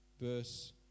verse